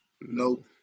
Nope